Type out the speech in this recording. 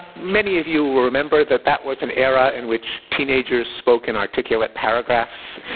many of you will remember that that was an era in which teenagers spoke in articulate paragraphs.